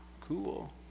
cool